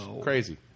crazy